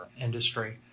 industry